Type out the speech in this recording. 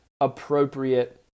appropriate